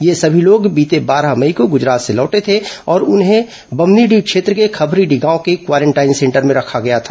ये सभी लोग बीते बारह मई को गूजरात से लौटे थे और उन्हें बम्हनीडीह क्षेत्र के खपरीडीह गांव के क्वारेंटाइन सेंटर में रखा गया था